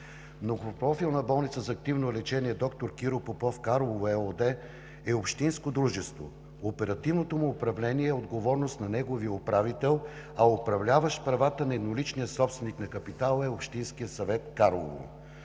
Многопрофилна болница за активно лечение „Д-р Киро Попов“ – Карлово ЕООД, е общинско дружество. Оперативното му управление е отговорност на неговия управител, а управляващ правата на едноличния собственик на капитала е Общинският съвет – Карлово.